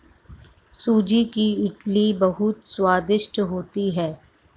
सूजी की इडली बहुत स्वादिष्ट होती है